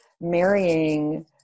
marrying